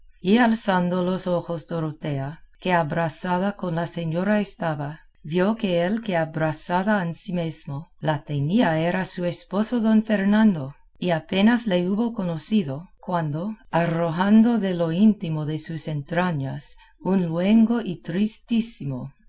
alzando los ojos dorotea que abrazada con la señora estaba vio que el que abrazada ansimesmo la tenía era su esposo don fernando y apenas le hubo conocido cuando arrojando de lo íntimo de sus entrañas un luengo y tristísimo